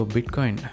Bitcoin